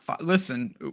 Listen